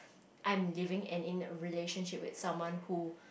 I'm living and in a relationship with someone who